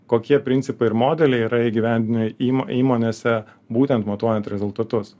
kokie principai ir modeliai yra įgyvendinami įmon įmonėse būtent matuojant rezultatus